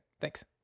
thanks